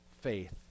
faith